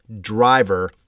driver